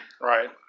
Right